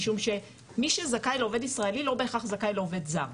משום שמי שזכאי לעובד ישראלי לא בהכרח זכאי לעובד זר,